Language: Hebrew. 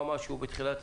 אנחנו מבקשים שפגישות אלו